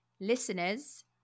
listeners